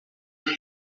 that